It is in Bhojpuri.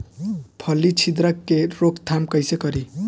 फली छिद्रक के रोकथाम कईसे करी?